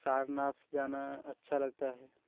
सारनाथ जाना अच्छा लगता है